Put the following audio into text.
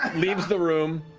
leaves the room.